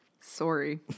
Sorry